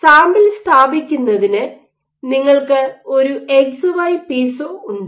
sample സ്ഥാപിക്കുന്നതിന് നിങ്ങൾക്ക് ഒരു എക്സ്വൈ പീസോ ഉണ്ട്